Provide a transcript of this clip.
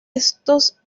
estos